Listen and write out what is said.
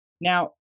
Now